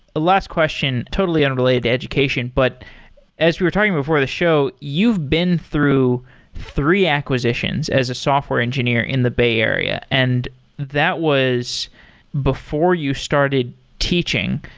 last question. totally unrelated to education, but as we were talking before the show, you've been through three acquisitions as a software engineer in the bay area, and that was before you started teaching.